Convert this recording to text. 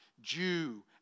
Jew